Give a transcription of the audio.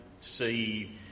see